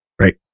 Right